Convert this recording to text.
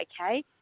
okay